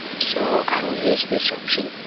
so i will use this option